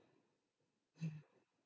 mm